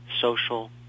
social